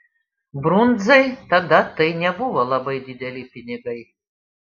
brundzai tada tai nebuvo labai dideli pinigai